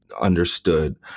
understood